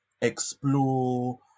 explore